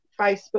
facebook